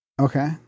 Okay